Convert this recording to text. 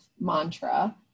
mantra